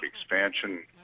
expansion